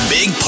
Big